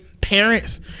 parents